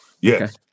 Yes